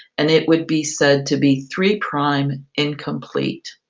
and it would be said to be three-prime incomplete.